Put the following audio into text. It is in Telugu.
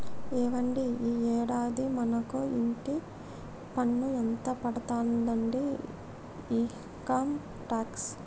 ఏవండి ఈ యాడాది మనకు ఇంటి పన్ను ఎంత పడతాదండి ఇన్కమ్ టాక్స్